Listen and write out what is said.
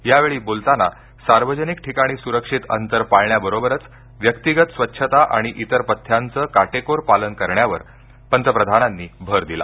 यावेळी बोलताना सार्वजनिक ठिकाणी सुरक्षित अंतर पाळण्याबरोबरच व्यक्तिगत स्वच्छता आणि इतर पथ्यांचं काटेकोर पालन करण्यावर पंतप्रधानांनी भर दिला